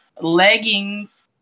Leggings